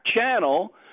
channel